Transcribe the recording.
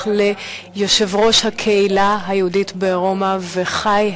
ליושב-ראש הקהילה היהודית ברומא וחי היום,